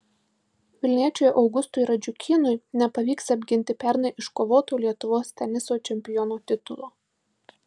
vilniečiui augustui radžiukynui nepavyks apginti pernai iškovoto lietuvos teniso čempiono titulo